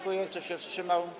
Kto się wstrzymał?